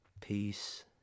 peace